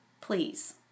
Please